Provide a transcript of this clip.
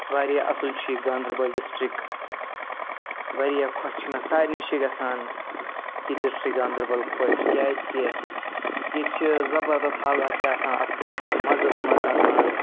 واریاہ اَصٕل چھُ یہِ گانٛدَربَل ڈِسٹرک واریاہ خۄش چھِ مےٚ سارنٕے چھِ گژھان یہِ ڈِسٹرک گانٛدَربَل خۄش کیٛازِکہِ ییٚتہِ چھِ زبردَس حالات تہِ آسان اَصٕل ییٚتہِ چھِ مَزَس منٛز آسان